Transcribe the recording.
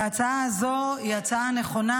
וההצעה הזו היא הצעה נכונה,